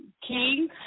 King